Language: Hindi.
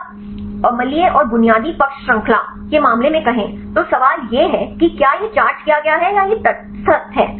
लेकिन अगर आप अम्लीय और बुनियादी पक्ष श्रृंखला के मामले में कहें तो सवाल यह है कि क्या यह चार्ज किया गया है या यह तटस्थ है